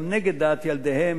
גם נגד דעת ילדיהם,